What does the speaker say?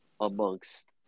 amongst